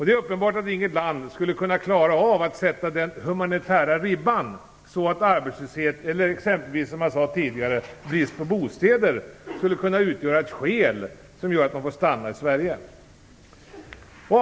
Det är uppenbart att inget land skulle klara av att sätta den humanitära ribban så att arbetslöshet eller exempelvis, som sades tidigare, brist på bostäder, skulle kunna utgöra ett skäl som gör att man får stanna. Herr talman!